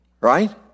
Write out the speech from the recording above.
Right